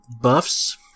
buffs